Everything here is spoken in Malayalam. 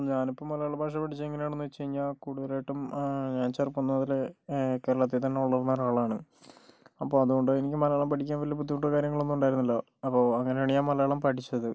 ഞാനിപ്പോൾ മലയാള ഭാഷ പഠിച്ചതെങ്ങനെയാണെന്ന് വെച്ച് കഴിഞ്ഞാൽ കൂടുതലായിട്ടും ഞാൻ ചെറുപ്പം മുതൽ കേരളത്തിൽ തന്നെ വളർന്ന ഒരാളാണ് അപ്പോൾ അതുകൊണ്ട് എനിക്ക് മലയാളം പഠിക്കാൻ വലിയ ബുദ്ധിമുട്ടോ കാര്യങ്ങളൊന്നും ഉണ്ടായിരുന്നില്ല അപ്പോൾ അങ്ങനെയാണ് ഞാൻ മലയാളം പഠിച്ചത്